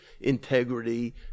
integrity